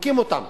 חונקים אותם.